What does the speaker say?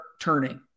turning